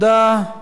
מדינה דו-לאומית.